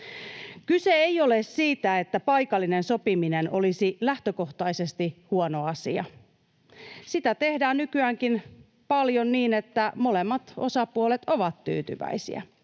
Kyse ei ole siitä, että paikallinen sopiminen olisi lähtökohtaisesti huono asia. Sitä tehdään nykyäänkin paljon niin että molemmat osapuolet ovat tyytyväisiä.